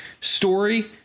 story